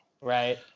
right